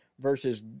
versus